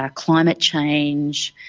ah climate change,